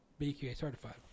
BQA-certified